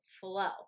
flow